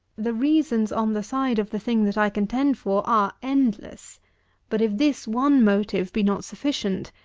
the reasons on the side of the thing that i contend for are endless but if this one motive be not sufficient,